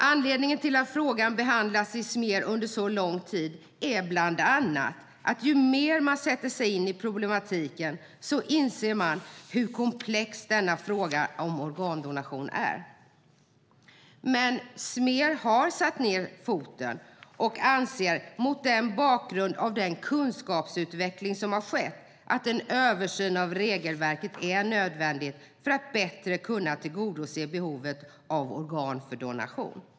Anledningen till att frågan har behandlats i SMER under så lång tid är bland annat att ju mer man sätter sig in i problematiken, desto mer inser man hur komplex frågan om organdonation är. Men SMER har satt ned foten och anser mot bakgrund av den kunskapsutveckling som har skett att en översyn av regelverket är nödvändig för att bättre kunna tillgodose behovet av organ för donation.